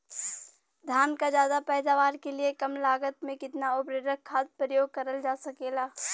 धान क ज्यादा पैदावार के लिए कम लागत में कितना उर्वरक खाद प्रयोग करल जा सकेला?